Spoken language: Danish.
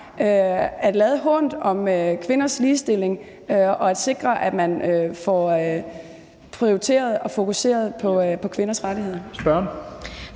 at lade hånt om kvinders ligestilling og det at sikre, at man får prioriteret og fokuseret på kvinders rettigheder.